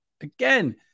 again